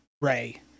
Ray